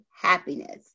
happiness